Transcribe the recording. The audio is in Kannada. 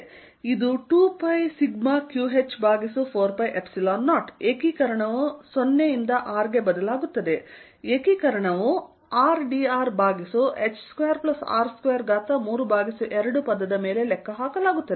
ಇದು 2πσqh ಭಾಗಿಸು 4π0 ಏಕೀಕರಣವು 0 ರಿಂದ R ಗೆ ಬದಲಾಗುತ್ತದೆ ಏಕೀಕರಣವು rdr ಭಾಗಿಸು h2r232 ಪದದ ಮೇಲೆ ಲೆಕ್ಕ ಹಾಕಲಾಗುತ್ತದೆ